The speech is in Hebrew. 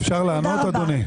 אפשר לענות, אדוני?